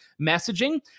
messaging